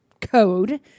code